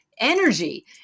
energy